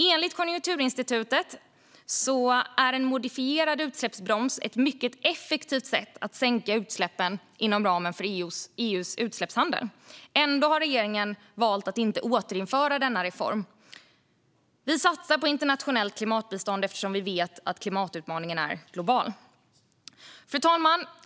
Enligt Konjunkturinstitutet är en modifierad utsläppsbroms ett mycket effektivt sätt att sänka utsläppen inom ramen för EU:s utsläppshandel. Ändå har regeringen valt att inte återinföra denna reform. Vi satsar på internationellt klimatbistånd eftersom vi vet att klimatutmaningen är global. Fru talman!